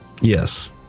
Yes